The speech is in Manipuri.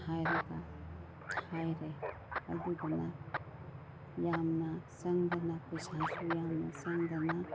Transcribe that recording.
ꯍꯥꯏꯔꯒ ꯍꯥꯏꯔꯦ ꯑꯗꯨꯗꯨꯅ ꯌꯥꯝꯅ ꯆꯪꯗꯅ ꯄꯩꯁꯥꯁꯨ ꯌꯥꯝꯅ ꯆꯪꯗꯅ